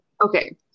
Okay